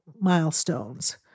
milestones